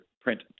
print